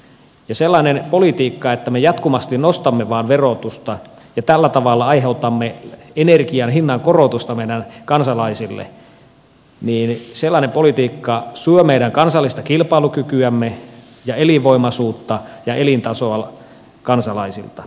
ja sellainen politiikka että me jatkuvasti nostamme vain verotusta ja tällä tavalla aiheutamme energian hinnan korotusta meidän kansalaisillemme syö meidän kansallista kilpailukykyämme ja elinvoimaisuutta ja elintasoa kansalaisilta